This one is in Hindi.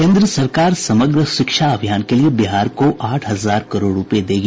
केन्द्र सरकार समग्र शिक्षा अभियान के लिए बिहार को आठ हजार करोड़ रूपये देगी